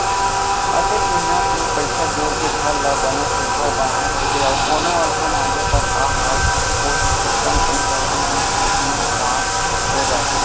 अतेक मेहनत ले पइसा जोर के घर ल बने सुग्घर बनाए रइबे अउ कोनो अलहन आगे त का हाल होही चिक्कन पइसा ह उहीं कोती खुवार हो जाथे